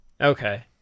okay